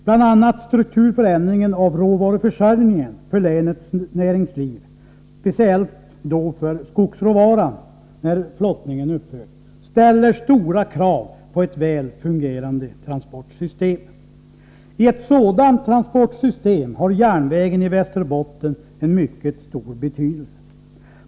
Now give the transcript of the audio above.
Bl.a. strukturförändringen av råvaruförsörjningen för länets näringsliv — speciellt för skogsråvaran, när flottningen upphört — ställer stora krav på ett väl fungerande transportsystem. I ett sådant transportsystem har järnvägen i Västerbotten en mycket stor betydelse.